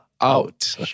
out